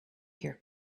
here